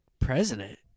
president